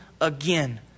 again